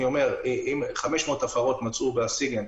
אני אומר שנמצאו 500 הפרות בסיגינט,